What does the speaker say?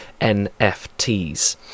NFTs